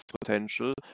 potential